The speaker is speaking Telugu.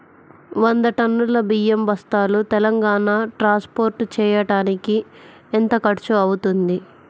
వంద టన్నులు బియ్యం బస్తాలు తెలంగాణ ట్రాస్పోర్ట్ చేయటానికి కి ఎంత ఖర్చు అవుతుంది?